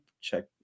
check